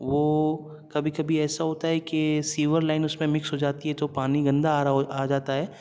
وہ کبھی کبھی ایسا ہوتا ہے کہ سیور لائن اس میں مکس ہو جاتی ہے تو پانی گندا آ رہا ہو آ جاتا ہے